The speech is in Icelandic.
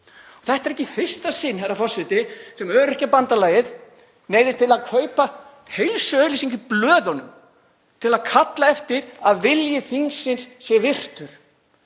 Þetta er ekki í fyrsta sinn, herra forseti, sem Öryrkjabandalagið neyðist til að kaupa heilsíðuauglýsingu í blöðunum til að kalla eftir því að vilji þingsins sé virtur.